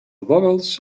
vowels